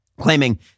claiming